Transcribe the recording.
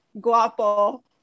Guapo